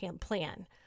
plan